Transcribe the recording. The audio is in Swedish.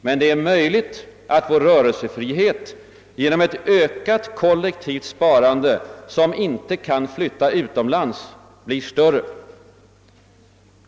Men det är möjligt att vår rörelsefrihet genom ett ökat kollektivt sparande, som inte kan flytta utomlands, blir större.